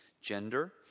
gender